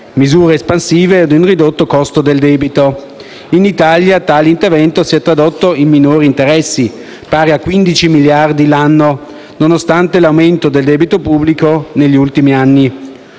misure espansive ed un ridotto costo del debito. In Italia tale intervento si è tradotto in minori interessi, pari a 15 miliardi di euro l'anno, nonostante l'aumento del debito pubblico negli ultimi anni,